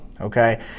okay